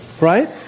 right